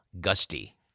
Gusty